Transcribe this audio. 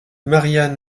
marian